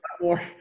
more